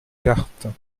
cartes